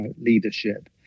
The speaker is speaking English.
leadership